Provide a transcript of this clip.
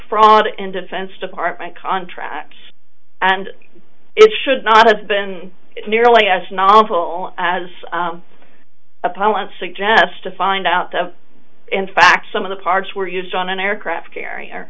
fraud and defense department contracts and it should not have been nearly as novel as a pow and suggest to find out of in fact some of the parts were used on an aircraft carrier